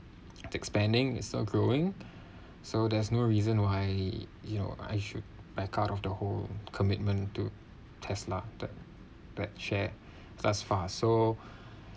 expanding is so growing so there's no reason why you know I should back out of the whole commitment to Tesla that that share class fast so